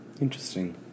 Interesting